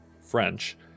French